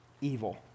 evil